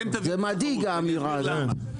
זה מדאיג, האמירה הזאת.